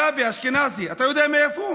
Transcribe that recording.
גבי אשכנזי, אתה יודע מאיפה?